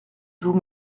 vous